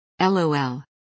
LOL